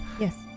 yes